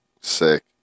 Sick